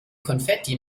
konfetti